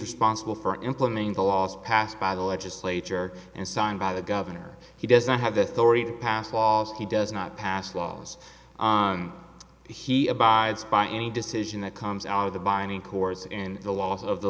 responsible for implementing the laws passed by the legislature and signed by the governor he does not have the authority to pass laws he does not pass laws he abides by any decision that comes out of the binding corps in the laws of the